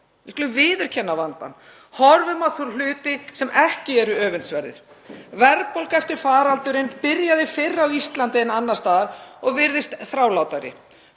skulum viðurkenna vandann. Horfum á þá hluti sem ekki eru öfundsverðir. Verðbólga eftir faraldurinn byrjaði fyrr á Íslandi en annars staðar og virðist þrálátari